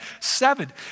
seven